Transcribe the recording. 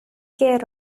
care